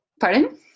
Pardon